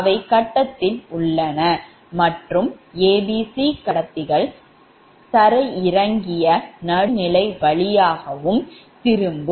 அவை கட்டத்தில் உள்ளன மற்றும் 𝑎 𝑏 𝑐 கடத்திகள் தரையிறங்கிய நடுநிலை வழியாகவும் திரும்பும்